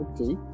Okay